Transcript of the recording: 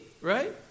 Right